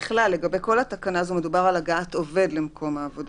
כל עובד של מקום עבודה